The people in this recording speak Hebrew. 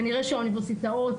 כנראה שהאוניברסיטאות,